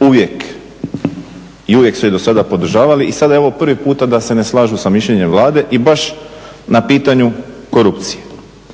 uvijek i uvijek su je dosada podržavali i sada evo prvi puta da se ne slažu sa mišljenjem Vlade i baš na pitanju korupcije.